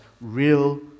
real